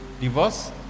divorce